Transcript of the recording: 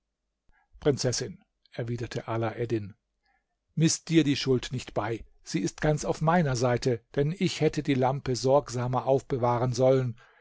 prinzessin erwiderte alaeddin miß dir die schuld nicht bei sie ist ganz auf meiner seite denn ich hätte die lampe sorgsamer aufbewahren sollen